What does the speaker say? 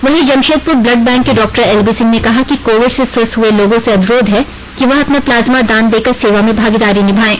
वहीं Jamshedpur blood bank के doctor L B Singh ने कहा कि कोविड से स्वस्थ हुए लोगों से अनुरोध है कि वह अपना प्लाज्मा दान देकर सेवा में भागीदारी निभाएं